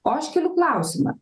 o aš keliu klausimą